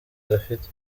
gafite